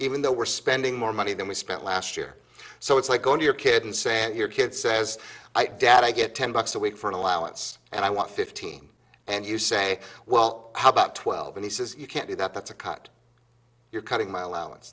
even though we're spending more money than we spent last year so it's like going to your kid and say if your kid says dad i get ten bucks a week for an allowance and i want fifteen and you say well how about twelve and he says you can't do that that's a cut you're cutting my allowance